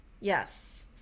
Yes